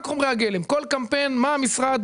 כל קמפיין מה המשרד,